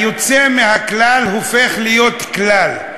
היוצא מהכלל הופך להיות כלל.